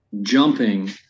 jumping